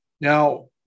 Now